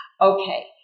Okay